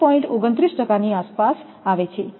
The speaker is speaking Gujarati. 29 ની આસપાસ આવે છે